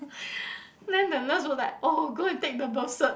then the nurse was like oh go and take the birth cert